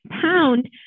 pound